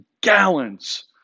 gallons